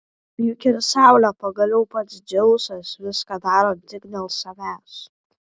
juk ir saulė pagaliau pats dzeusas viską daro tik dėl savęs